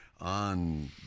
on